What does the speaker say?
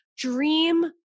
Dream